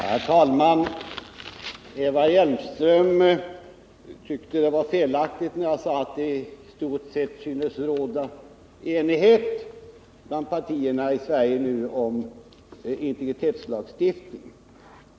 Herr talman! Eva Hjelmström tyckte det var felaktigt när jag sade att det nu i stort sett synes råda enighet bland partierna i Sverige om integritetslagstiftningen.